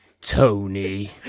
Tony